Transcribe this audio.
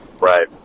Right